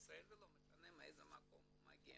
ישראל ולא משנה מאיזה מקום הוא מגיע,